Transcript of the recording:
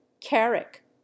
carrick